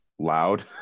loud